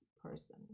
person